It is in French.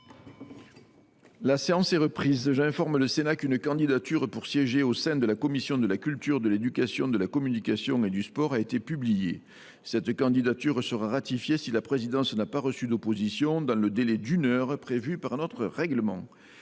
La séance est reprise. J’informe le Sénat qu’une candidature pour siéger au sein de la commission de la culture, de l’éducation, de la communication et du sport a été publiée. Cette candidature sera ratifiée si la présidence n’a pas reçu d’opposition dans le délai d’une heure prévu par notre règlement.